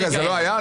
רגע, זה לא היה?